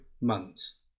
months